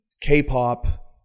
K-pop